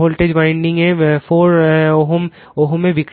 voltage winding এ 4 Ω এর বিক্রিয়া